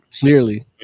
clearly